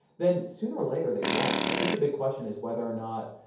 then sooner or later they won't. i think the big question is whether or not,